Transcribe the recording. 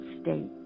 state